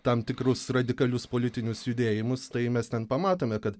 tam tikrus radikalius politinius judėjimus tai mes ten pamatome kad